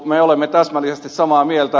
me olemme täsmällisesti samaa mieltä